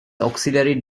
auxiliary